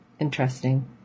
Interesting